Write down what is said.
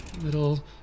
little